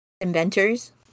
inventors